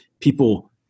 people